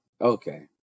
okay